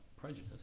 prejudice